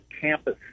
campus